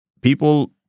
people